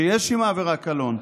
שיש עם העבירה קלון,